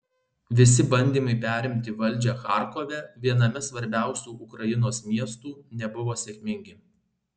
visi bandymai perimti valdžią charkove viename svarbiausių ukrainos miestų nebuvo sėkmingi